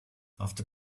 after